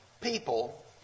people